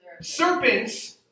serpents